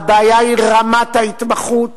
הבעיה היא רמת ההתמחות